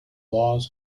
laws